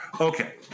Okay